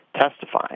testifying